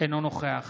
אינו נוכח